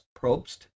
Probst